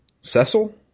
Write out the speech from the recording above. Cecil